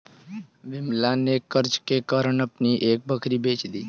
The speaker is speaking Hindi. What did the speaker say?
विमला ने कर्ज के कारण अपनी एक बकरी बेच दी